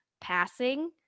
passing